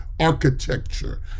architecture